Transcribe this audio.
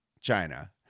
china